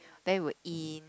there were in